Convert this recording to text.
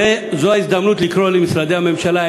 זו ההזדמנות לקרוא למשרדי הממשלה.